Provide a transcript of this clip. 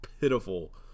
pitiful